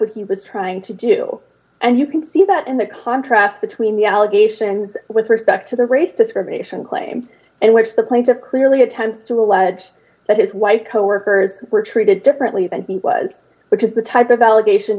what he was trying to do and you can see that in the contrast between the allegations with respect to the race discrimination claim and which the place a clearly attempts to allege that his wife coworkers were treated differently than he was which is the type of allegation